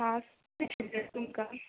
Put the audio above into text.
आं तुमकां